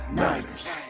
niners